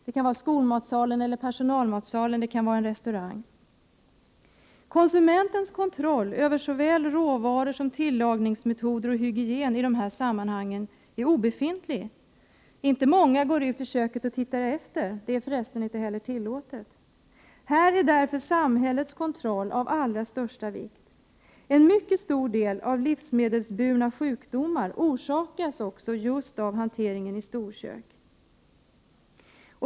Det kan vara skolmatsalen eller personalmatsalen och det kan vara en restaurang. Konsumentens kontroll över såväl råvaror som tillagningsmetoder och hygien i dessa sammanhang är obefintlig. Inte många går ut i köket och tittar efter. Det är för övrigt inte heller tillåtet. Här är därför samhällets kontroll av allra största vikt. En mycket stor del av livsmedelsburna sjukdomar orsakas också just av hanteringen i storkök.